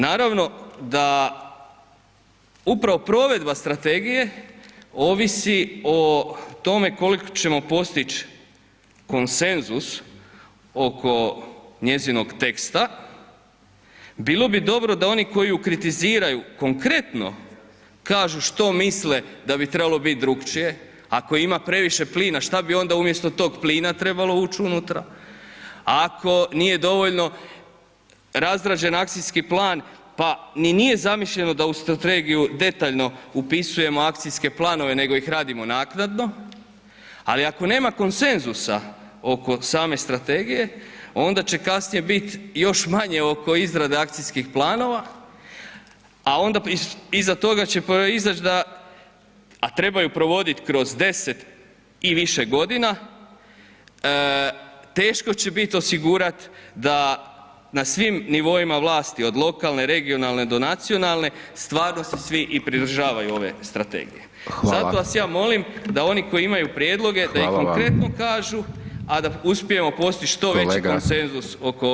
Naravno da upravo provedba strategije ovisi o tome koliko ćemo postići konsenzus oko njezinog teksta, bilo bi dobro da oni koji ju kritiziraju, konkretno kažu što misle da bi trebalo biti drukčije, ako ima previše plina, šta bi onda umjesto tog plina trebalo uć unutra, ako nije dovoljno razrađen akcijski plan pa ni nije zamišljeno da u strategiju detaljno upisujemo akcijske planove, nego ih radimo naknadno, ali ako nema konsenzusa oko same strategije onda će kasnije biti još manje oko izrade akcijskih planova, a onda iza toga će proizaći da, a treba ju provodit kroz 10 i više godina, taško će biti osigurati da na svim nivoima vlasti, od lokalne, regionalne do nacionalne stvarno se svi i pridržavaju ove strategije [[Upadica: Hvala.]] zato vas ja molim da oni koji imaju prijedloga da ih konkretno kažu, a da uspijemo postići što veći konsenzus oko ove